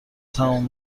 تموم